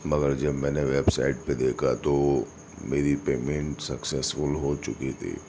مگر جب میں نے ویب سائٹ پہ دیکھا تو میری پیمنٹ سکسیزفل ہو چکی تھی